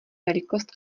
velikost